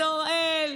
את אוראל.